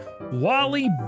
Wally